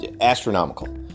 astronomical